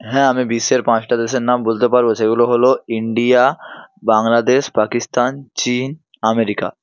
হ্যাঁ আমি বিশ্বের পাঁচটা দেশের নাম বলতে পারব সেগুলো হল ইন্ডিয়া বাংলাদেশ পাকিস্তান চিন আমেরিকা